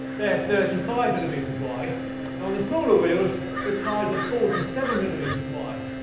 they're thirty five millimetres wide. and on the smaller wheels the tyres are forty seven millimetres wide.